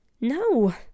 No